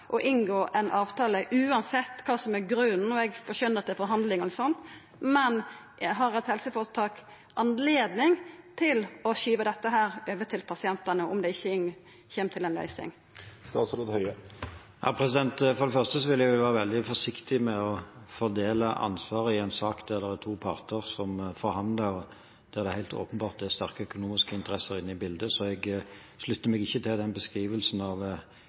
å inngå ein avtale, uansett kva som er grunnen? Eg skjøner at det er forhandlingar og sånt, men har eit helseføretak anledning til å skyva dette over på pasientane om det ikkje kjem til ei løysing? For det første vil jeg være veldig forsiktig med å fordele ansvar i en sak der det er to parter som forhandler, og der det helt åpenbart er sterke økonomiske interesser inne i bildet. Så jeg slutter meg ikke til den beskrivelsen av